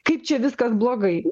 kaip čia viskas blogai